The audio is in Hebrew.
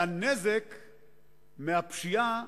והנזק מהפשיעה,